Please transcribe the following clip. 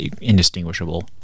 indistinguishable